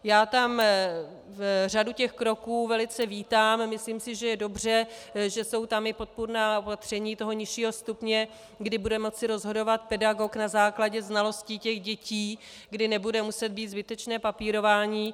Já tam řadu těch kroků velice vítám, myslím si, že je dobře, že jsou tam i podpůrná opatření toho nižšího stupně, kdy bude moci rozhodovat pedagog na základě znalosti těch dětí, kdy nebude muset být zbytečné papírování.